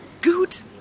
Gut